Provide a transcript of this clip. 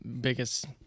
biggest